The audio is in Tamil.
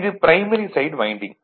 இது ப்ரைமரி சைட் வைண்டிங்